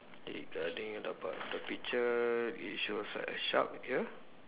regarding about the picture it shows a shark here